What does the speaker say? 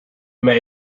may